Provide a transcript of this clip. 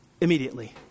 immediately